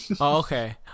okay